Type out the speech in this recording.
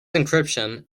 encryption